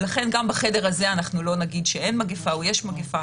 לכן גם בחדר הזה לא נגיד שאין מגיפה או יש מגיפה,